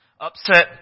Upset